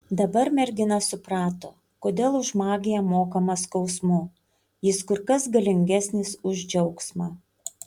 dabar mergina suprato kodėl už magiją mokama skausmu jis kur kas galingesnis už džiaugsmą